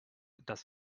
dass